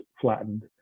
flattened